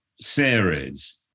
series